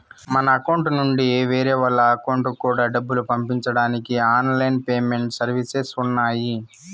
మన అకౌంట్ నుండి వేరే వాళ్ళ అకౌంట్ కూడా డబ్బులు పంపించడానికి ఆన్ లైన్ పేమెంట్ సర్వీసెస్ ఉన్నాయి